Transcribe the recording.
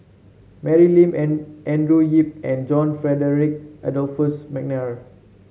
Mary Lim An Andrew Yip and John Frederick Adolphus McNair